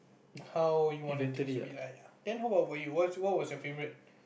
how you want the things to be like then how what about you what was your favourite